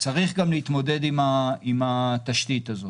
צריך גם להתמודד עם התשתית הזו.